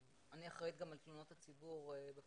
אני אחראית גם על תלונות הציבור בפיקוח